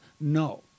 no